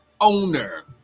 owner